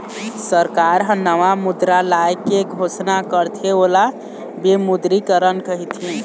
सरकार ह नवा मुद्रा लाए के घोसना करथे ओला विमुद्रीकरन कहिथें